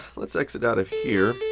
let's exit out of here.